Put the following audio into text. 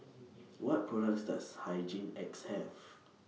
What products Does Hygin X Have